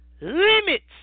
limits